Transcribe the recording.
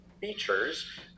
features